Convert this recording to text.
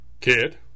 Kid